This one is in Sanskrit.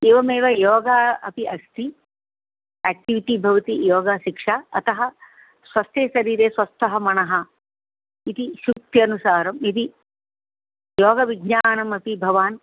एवमेव योगा अपि अस्ति आक्टिविटि भवति योगशिक्षा अतः स्वस्थे शरीरे स्वस्थः मनः इति सुक्यनुसारं यदि योगविज्ञानमपि भवान्